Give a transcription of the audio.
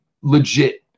legit